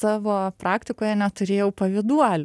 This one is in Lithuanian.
savo praktikoje neturėjau pavyduolių